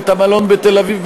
ואת המלון בתל-אביב,